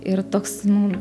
ir toks nu